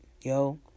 yo